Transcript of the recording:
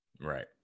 right